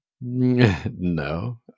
no